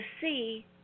see